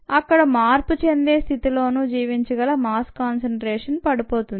అక్కడ మార్పు చెందే స్థితిలోనూ జీవించగల మాస్ కాన్సంట్రేషన్ పడిపోతుంది